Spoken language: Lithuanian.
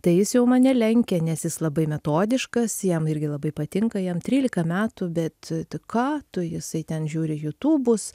tai jis jau mane lenkia nes jis labai metodiškas jam irgi labai patinka jam trylika metų bet t ką tu jisai ten žiūri jutūbus